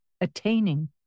attaining